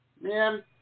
man